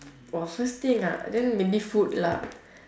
!wah! first thing ah then maybe food lah